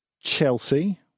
Chelsea